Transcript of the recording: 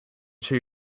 show